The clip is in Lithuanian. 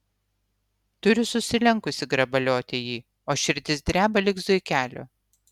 turiu susilenkusi grabalioti jį o širdis dreba lyg zuikelio